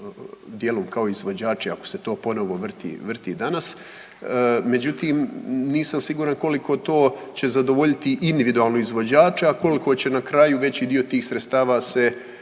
dijelom kao izvođači ako se to ponovo vrti danas. Međutim, nisam siguran koliko to će zadovoljiti individualno izvođače, a koliko će na kraju veći dio tih sredstava se